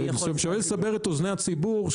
אני שואל כדי לסבר את אוזני הציבור,